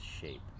shape